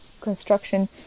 construction